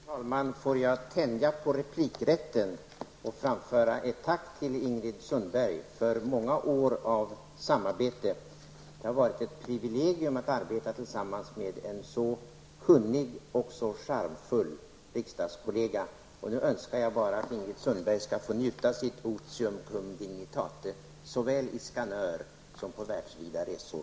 Fru talman! Låt mig tänja på replikrätten och framföra ett tack till Ingrid Sundberg för många år av samarbete. Det har varit ett privilegium att få arbeta tillsammans med en så kunnig och charmfull riksdagskollega. Nu önskar jag bara att Ingrid Sundberg skall få njuta sitt otium cum dignitate såväl i Skanör som på världsvida resor.